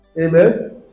Amen